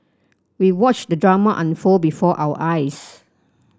we watched the drama unfold before our eyes